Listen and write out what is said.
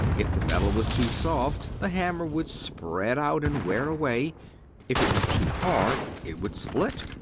if the metal was too soft, the hammer would spread out and wear away if it was too hard, it would split.